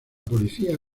policía